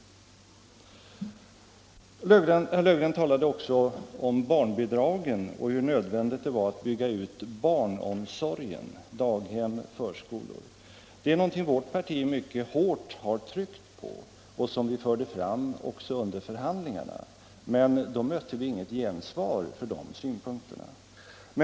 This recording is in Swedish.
Herr Löfgren talade också om barnbidragen och om hur nödvändigt det var att bygga ut barnomsorgen, daghem, förskolor. Det är någonting som vårt parti mycket hårt har tryckt på och som vi förde fram också under förhandlingarna, men då mötte vi inget gensvar för de synpunkterna.